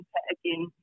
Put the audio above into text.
again